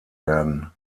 werden